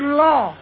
law